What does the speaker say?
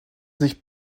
sich